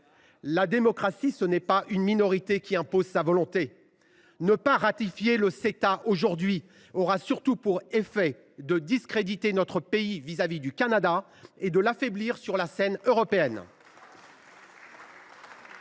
La démocratie, ce n’est pas une minorité qui impose sa volonté ! Très bien ! Bravo ! Ne pas ratifier le Ceta aujourd’hui aura surtout pour effet de discréditer notre pays auprès du Canada et de l’affaiblir sur la scène européenne.